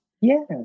Yes